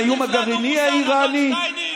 מהאיום הגרעיני האיראני?